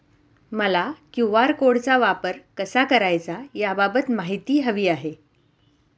मला क्यू.आर कोडचा वापर कसा करायचा याबाबत माहिती हवी आहे